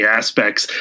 aspects